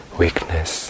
weakness